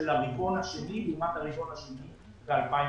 הרבעון השני לעומת הרבעון השני ב-2019.